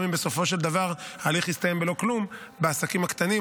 גם אם בסופו של דבר ההליך יסתיים בלא-כלום בעסקים הקטנים,